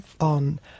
on